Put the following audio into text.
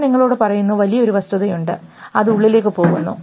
ഞാൻ നിങ്ങളോട് പറയുന്നു വലിയൊരു വസ്തുതയുണ്ട് അത് ഉള്ളിലേക്ക് പോകുന്നു